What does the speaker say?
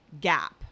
gap